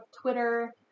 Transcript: Twitter